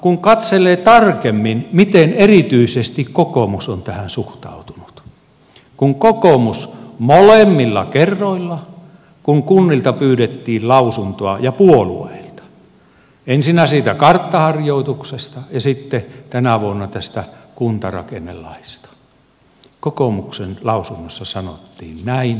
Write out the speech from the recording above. kun katselee tarkemmin miten erityisesti kokoomus on tähän suhtautunut niin kun kunnilta ja puolueilta pyydettiin lausuntoa ensinnä siitä karttaharjoituksesta ja sitten tänä vuonna tästä kuntarakennelaista kokoomuksen lausunnossa sanottiin selvitystyöstä näin